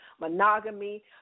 monogamy